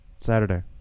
Saturday